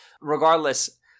Regardless